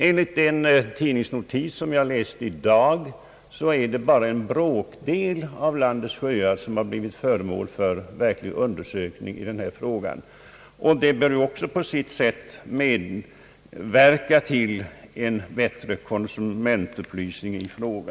Enligt en tidningsnotis, som jag läste i dag, har bara en bråkdel av landets sjöar blivit föremål för verklig undersökning i det här avseendet. En mera omfattande undersökning bör på sitt sätt medverka till en bättre konsumentupplysning i denna fråga.